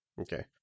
Okay